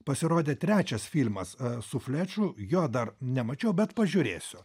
pasirodė trečias filmas su fleču jo dar nemačiau bet pažiūrėsiu